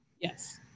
Yes